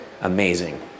amazing